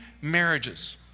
marriages